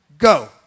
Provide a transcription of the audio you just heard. Go